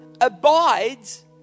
abides